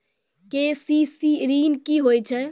KCC ॠन की होय छै?